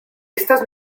estas